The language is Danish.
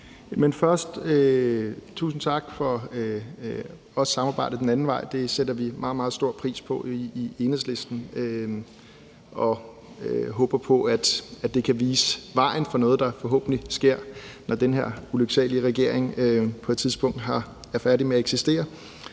Først tusind tak også for samarbejdet den anden vej. Det sætter vi meget, meget stor pris på i Enhedslisten, og vi håber på, at det kan vise vejen for noget, der forhåbentlig sker, når den her ulyksalige regering på et tidspunkt er færdig med at eksistere.